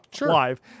live